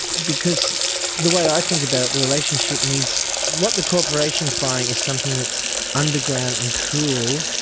because the way i think about it the relationship means what the corporation is buying is something that's underground and cool,